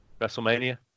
WrestleMania